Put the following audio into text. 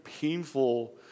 painful